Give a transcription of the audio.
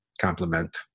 compliment